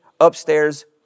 upstairs